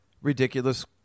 ridiculous